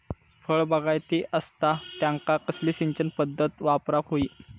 फळबागायती असता त्यांका कसली सिंचन पदधत वापराक होई?